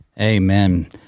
Amen